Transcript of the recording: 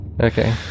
Okay